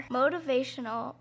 motivational